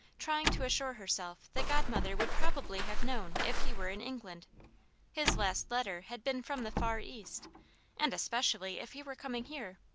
trying to assure herself that godmother would probably have known if he were in england his last letter had been from the far east and especially if he were coming here.